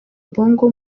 bongo